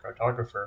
cartographer